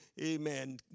amen